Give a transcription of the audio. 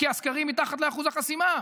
כי הסקרים הם מתחת לאחוז החסימה.